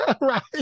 Right